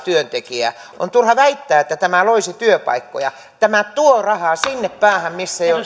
työntekijää on turha väittää että tämä loisi työpaikkoja tämä tuo rahaa sinne päähän missä jo